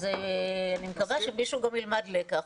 אז אני מקווה שמישהו גם ילמד לקח